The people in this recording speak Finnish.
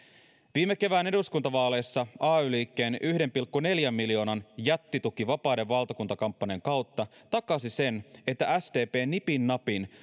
viime kevään eduskuntavaaleissa ay liikkeen yhden pilkku neljän miljoonan jättituki vapaiden valtakunta kampanjan kautta takasi sen että sdp nipin napin